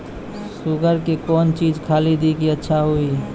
Sugar के कौन चीज खाली दी कि अच्छा हुए?